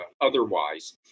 otherwise